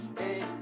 hey